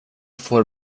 får